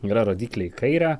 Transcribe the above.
yra rodyklė į kairę